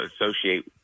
associate